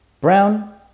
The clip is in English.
Brown